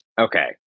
Okay